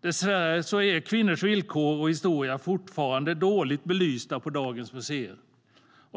Dessvärre är kvinnors villkor och historia fortfarande dåligt belysta på dagens museer.